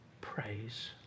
praise